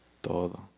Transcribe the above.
Todo